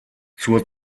zur